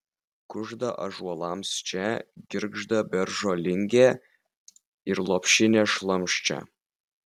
kužda ąžuolams čia girgžda beržo lingė ir lopšinė šlamščia